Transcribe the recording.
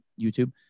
YouTube